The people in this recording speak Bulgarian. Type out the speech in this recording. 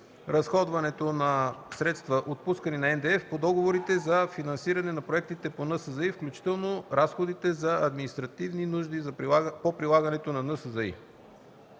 разходването на средствата, отпускани на НДЕФ, по договорите за финансиране на проектите по НСЗИ, включително разходите за административни нужди по прилагането на НСЗИ.”